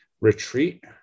retreat